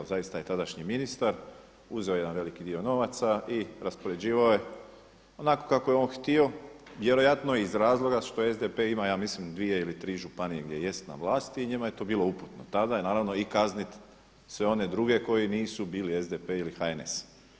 Zaista je tadašnji ministar uzeo jedan veliki dio novaca i raspoređivao je onako kako je on htio vjerojatno iz razloga što SDP ima ja mislim 2 ili 3 županije gdje jest na vlasti i njima je to bilo uputno tada i naravno i kazniti sve one drugi koji nisu bili SDP i HNS.